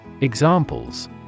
Examples